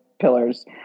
pillars